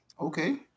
Okay